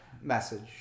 message